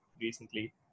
recently